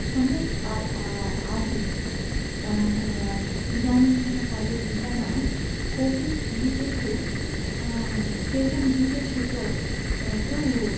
सम्यक् आय् आसीत् अन् अय् इदानीन्तनकाले गीतानां कोपि गीतेषु केचन गीतेषु तु तु